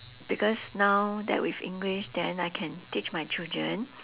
because now that with english then I can teach my children